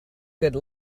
good